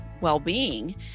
well-being